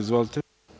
Izvolite.